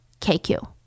KQ